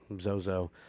Zozo